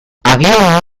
agian